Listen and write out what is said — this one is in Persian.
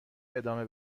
ادامه